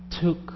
took